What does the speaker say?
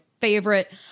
favorite